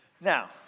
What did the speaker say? Now